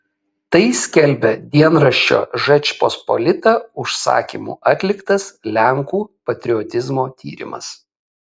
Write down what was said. tai skelbia dienraščio žečpospolita užsakymu atliktas lenkų patriotizmo tyrimas